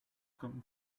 come